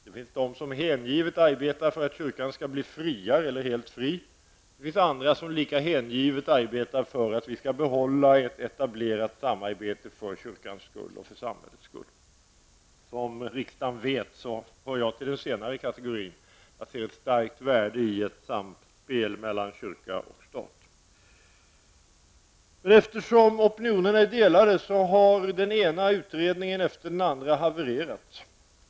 Det finns de som hängivet arbetar för att kyrkan skall bli friare eller helt fri. Det finns andra som lika hängivet arbetar för att vi skall behålla ett etablerat samarbete för kyrkans skull och för samhällets skull. Som riksdagsledamöterna vet hör jag till den senare kategorin. Jag ser ett starkt värde i ett samspel mellan kyrkan och staten. Eftersom opinionen är delad har den ena utredningen efter den andra havererat.